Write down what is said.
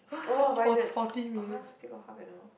oh finally ah still got half an hour